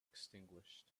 extinguished